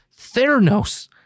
Theranos